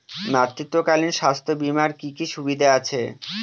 মাতৃত্বকালীন স্বাস্থ্য বীমার কি কি সুবিধে আছে?